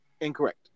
Incorrect